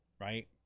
right